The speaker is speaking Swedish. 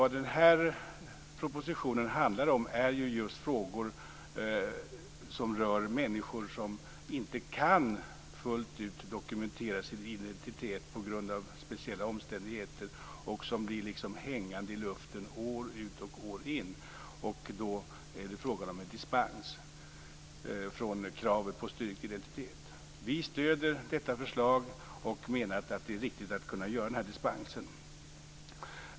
Den här propositionen handlar om just frågor som rör människor som inte kan fullt ut dokumentera sin identitet på grund av speciella omständigheter och som liksom blir hängande i luften år ut och år in. Då är det frågan om dispens från kravet på styrkt identitet. Vi stöder detta förslag och menar att det är viktigt att kunna medge denna dispens.